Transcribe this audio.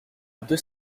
deux